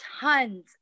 tons